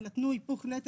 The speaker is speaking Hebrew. אלא תנו היפוך נטל,